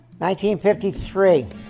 1953